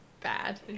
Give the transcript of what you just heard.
bad